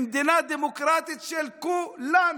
במדינה דמוקרטית של כולנו,